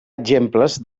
exemples